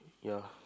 ya